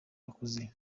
bakuze